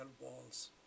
walls